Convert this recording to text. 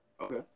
Okay